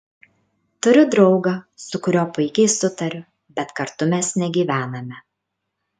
turiu draugą su kuriuo puikiai sutariu bet kartu mes negyvename